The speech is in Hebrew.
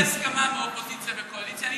אביא הסכמה מאופוזיציה וקואליציה.